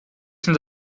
sind